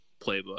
playbook